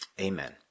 Amen